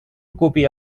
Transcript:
ocupi